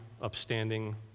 upstanding